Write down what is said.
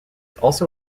also